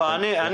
לא, אני מכיר.